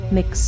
Mix